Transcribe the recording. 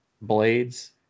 blades